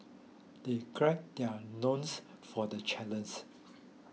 they gird their loins for the challenge